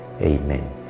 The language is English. Amen